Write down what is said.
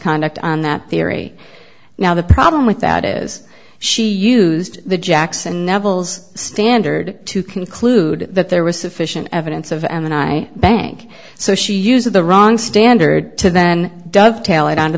misconduct on that theory now the problem with that is she used the jackson neville's standard to conclude that there was sufficient evidence of an i bank so she used the wrong standard to then dovetail it onto